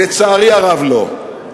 לצערי הרב, לא.